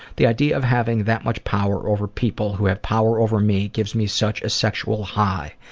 the idea of having that much power over people who have power over me gives me such a sexual high.